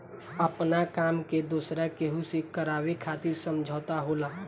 आपना काम के दोसरा केहू से करावे खातिर समझौता होला